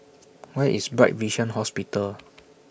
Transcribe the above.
Where IS Bright Vision Hospital